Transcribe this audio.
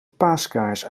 paaskaars